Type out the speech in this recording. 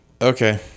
Okay